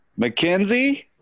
McKenzie